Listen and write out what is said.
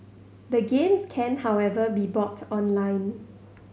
the games can however be bought online